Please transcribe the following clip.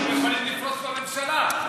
אתם יכולים לפרוש מהממשלה.